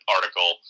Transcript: article